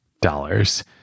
dollars